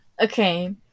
Okay